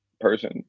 person